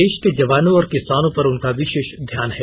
देश के जवानों और किसानों पर उनका विशेष ध्यान है